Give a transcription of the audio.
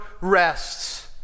rests